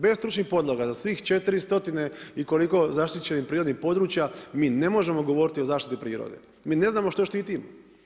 Bez stručnih podloga za svih 400 i koliko zaštićenih prirodnih područja mi ne možemo govoriti o zaštiti prirode, mi ne znamo šta štitimo.